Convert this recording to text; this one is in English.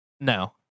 No